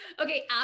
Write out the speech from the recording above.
Okay